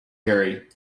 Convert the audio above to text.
harry